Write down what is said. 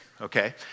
okay